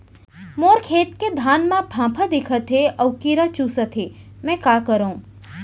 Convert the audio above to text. मोर खेत के धान मा फ़ांफां दिखत हे अऊ कीरा चुसत हे मैं का करंव?